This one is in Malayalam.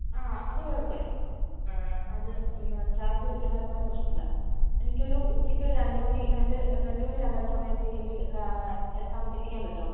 ആ അതു കുഴപ്പമില്ല അത് ഇന്ന് ചാർജ് ഈടാക്കുന്നതില് പ്രശ്നമില്ല എനിക്കൊരു ഉച്ചയ്ക്കൊരു രണ്ടു മണി രണ്ടു രണ്ടു മണി രണ്ടര സമയത്തേക്കെനിക്ക് എത്തിക്കാൻ പറ്റുമോ